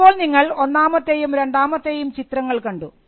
ഇപ്പോൾ നിങ്ങൾ ഒന്നാമത്തെയും രണ്ടാമത്തെയും ചിത്രങ്ങൾ കണ്ടു